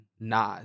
Nas